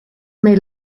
may